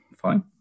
fine